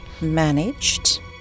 managed